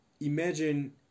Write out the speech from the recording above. imagine